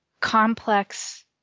complex